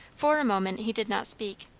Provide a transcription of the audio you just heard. for a moment he did not speak.